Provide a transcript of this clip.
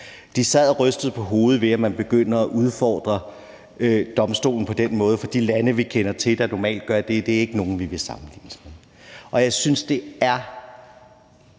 De sad og rystede på hovedet over, at man begyndte at udfordre domstolen på den måde, for de lande, vi kender til, der normalt gør det, er ikke nogen, vi vil sammenlignes med. Og jeg synes, at det er